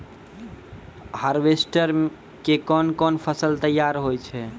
Harvester के कोन कोन फसल तैयार होय छै?